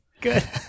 Good